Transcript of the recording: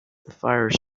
fire